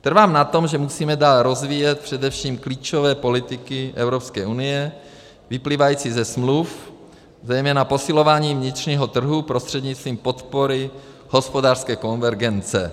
Trvám na tom, že musíme dál rozvíjet především klíčové politiky EU vyplývající ze smluv, zejména posilování vnitřního trhu prostřednictvím podpory hospodářské konvergence.